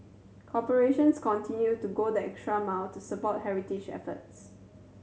corporations continued to go the extra mile to support heritage efforts